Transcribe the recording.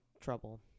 trouble